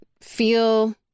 feel